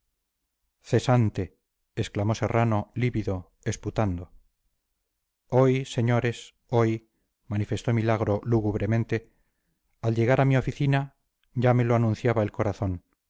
cesante exclamó serrano lívido esputando hoy señores hoy manifestó milagro lúgubremente al llegar a mi oficina ya me lo anunciaba el corazón